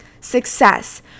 success